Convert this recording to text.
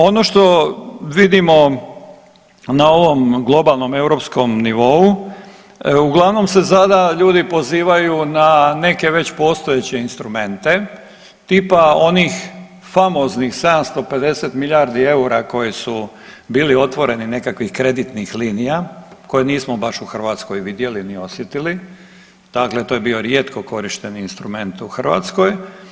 Ono što vidimo na ovom globalnom europskom nivou, uglavnom se sada ljudi pozivaju na neke već postojeće instrumente tipa onih famoznih 750 milijardi eura koji su bili otvorenih nekakvih kreditnih linija, koje nismo baš u Hrvatskoj vidjeli, ni osjetili, dakle to je bio rijetko korišteni instrument u Hrvatskoj.